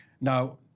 Now